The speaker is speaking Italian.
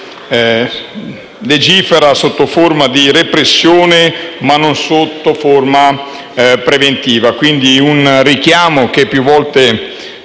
legiferi sotto forma di repressione, ma non in forma preventiva.